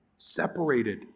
Separated